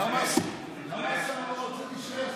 אבל למה השר לא רוצה להישאר?